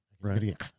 Right